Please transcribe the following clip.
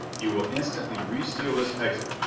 you will instantly reseal this exit,